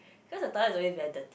cause the toilet is always very dirty